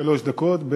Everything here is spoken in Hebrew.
שלוש דקות.